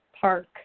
park